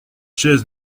chaise